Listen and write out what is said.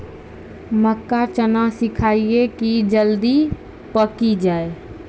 मक्का चना सिखाइए कि जल्दी पक की जय?